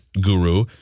guru